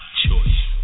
choice